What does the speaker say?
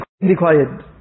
required